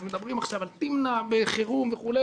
אז מדברים עכשיו על תמנע בחירום וכו'